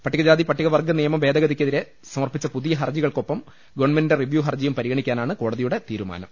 പട്ടികജാതി പട്ടികവർഗ്ഗ നിയമ ഭേദ ഗ തിക്കെ തിരെ സമർപ്പിച്ച പുതിയ ഹർജി കൾക്കൊപ്പം ഗവൺമെന്റിന്റെ റിവ്യൂ ഹർജിയും പരിഗണിക്കാനാണ് കോടതി യുടെ തീരുമാനം